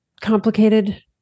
complicated